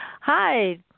Hi